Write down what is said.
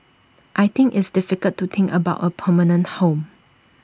I think it's difficult to think about A permanent home